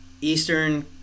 Eastern